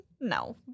No